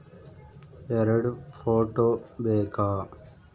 ಎರಡು ಫೋಟೋ ಬೇಕಾ?